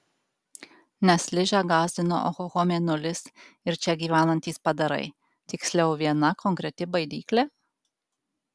nes ližę gąsdino ohoho mėnulis ir čia gyvenantys padarai tiksliau viena konkreti baidyklė